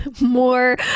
more